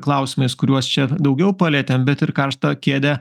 klausimais kuriuos čia daugiau palietėm bet ir karštą kėdę